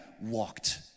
walked